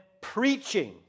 preaching